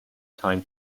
time